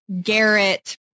Garrett